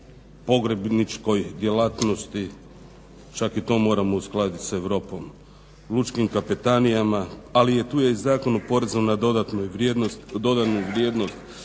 pogrebničkoj djelatnosti, čak i to moramo uskladiti s Europom, lučkim kapetanijama, ali i tu je i Zakon o porezu na dodanu vrijednost,